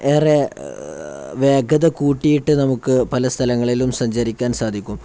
ഏറെ വേഗത കൂട്ടിയിട്ട് നമുക്ക് പല സ്ഥലങ്ങളിലും സഞ്ചാരിക്കാൻ സാധിക്കും